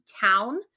town